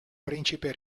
principe